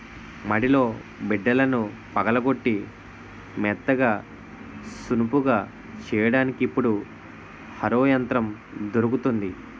మడిలో బిడ్డలను పగలగొట్టి మెత్తగా నునుపుగా చెయ్యడానికి ఇప్పుడు హరో యంత్రం దొరుకుతుంది